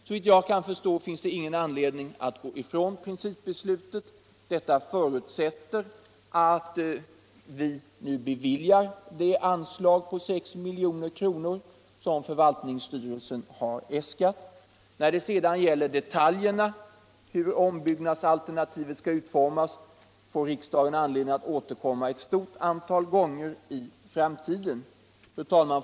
Såvitt jag kan förstå har vi ingen anledning att inte vidhålla det principbeslutet och det förutsätter att vi nu beviljar det anslag på 6 milj.kr. som förvaltningsstyrelsen har äskat. När det sedan gäller detaljerna för hur ombyggnadsalternativet skall utformas får riksdagen tillfälle att återkomma till dem många gånger i framtiden. Fru talman!